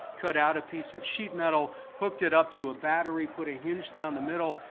cut out a piece of sheet metal, hooked it up to a battery, put a hinge down the middle,